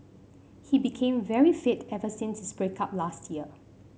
he became very fit ever since his break up last year